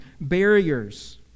barriers